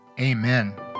amen